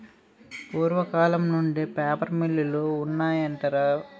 పూర్వకాలం నుండే పేపర్ మిల్లులు ఉన్నాయటరా ఇన్నావా